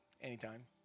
anytime